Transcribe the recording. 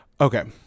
Okay